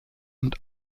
und